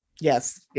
yes